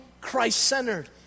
Christ-centered